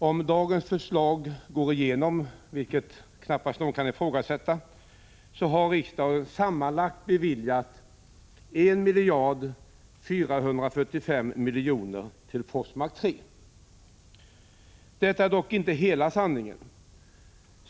Om dagens förslag går igenom — vilket knappast kan ifrågasättas — har riksdagen beviljat sammanlagt 1 445 miljoner till Forsmark 3. Detta är dock inte hela sanningen.